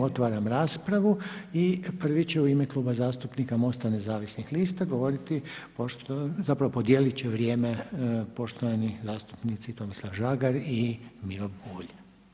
Otvaram raspravu i prvi će u ime Kluba zastupnika MOST-a nezavisnih lista govoriti, zapravo podijeliti će vrijeme poštovani zastupnici Tomislav Žagar i Miro Bulj.